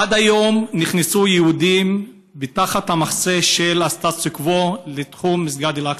עד היום נכנסו יהודים תחת המחסה של הסטטוס-קוו לתחום מסגד אל-אקצא,